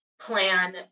plan